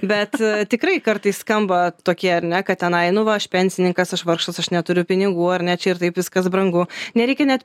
bet tikrai kartais skamba tokie ar ne kad tenai nu va aš pensininkas aš vargšas aš neturiu pinigų ar ne čia ir taip viskas brangu nereikia net